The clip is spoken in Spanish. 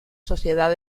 sociedad